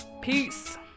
peace